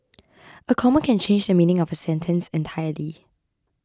a comma can change the meaning of a sentence entirely